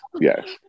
yes